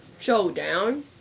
showdown